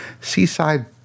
Seaside